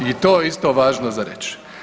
I to je isto važno za reći.